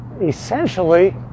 essentially